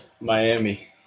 Miami